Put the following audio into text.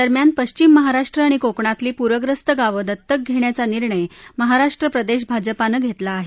दरम्यान पश्चिम महाराष्ट्र आणि कोकणातली पूरग्रस्त गावं दत्तक घेण्याचा निर्णय महाराष्ट्र प्रदेश भाजपानं घेतला आहे